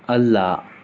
ಅಲ್ಲ